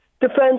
defense